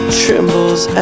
trembles